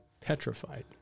petrified